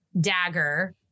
dagger